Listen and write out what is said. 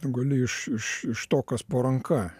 gali iš iš iš to kas po ranka